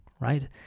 right